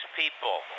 people